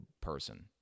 person